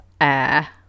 air